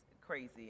Crazy